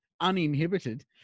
uninhibited